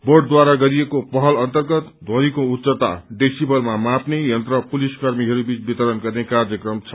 बोर्डद्वारा गरिएको पहल अन्तर्गत ध्वनिको उच्च्ता डेसिबलमा माप्ने यन्त्र पुलिसकर्मीहरू बीच वितरण गर्ने कार्यक्रम छ